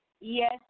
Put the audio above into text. Yes